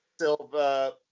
Silva